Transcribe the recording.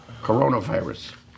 Coronavirus